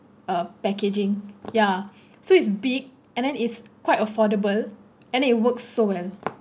uh packaging yeah so it's big and then it's quite affordable and then it works so well